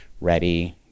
ready